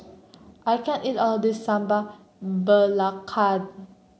I can't eat all this Sambal Belacan